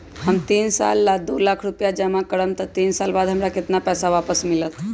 हम तीन साल ला दो लाख रूपैया जमा करम त तीन साल बाद हमरा केतना पैसा वापस मिलत?